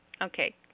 Okay